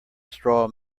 straw